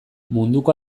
munduko